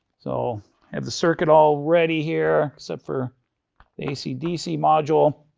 so have the circuit already here, except for the ac dc module.